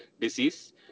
disease